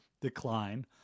decline